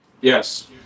Yes